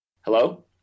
Hello